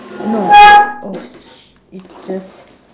no oh it's just